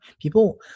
people